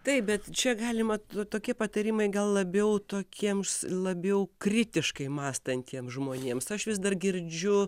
taip bet čia galima tokie patarimai gal labiau tokiems labiau kritiškai mąstantiems žmonėms aš vis dar girdžiu